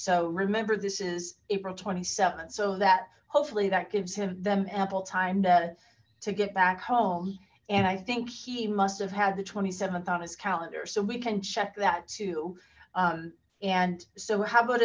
so remember this is april twenty seven so that hopefully that gives him them ample time to to get back home and i think he must have had the th on his calendar so we and check that too and so how about